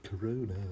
corona